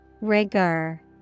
Rigor